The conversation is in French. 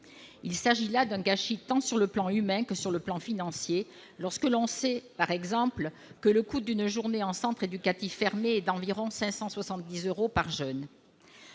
Il s'agit là d'un gâchis tant sur le plan humain que sur le plan financier, lorsque l'on sait, par exemple, qu'une journée en centre éducatif fermé coûte environ 570 euros par jeune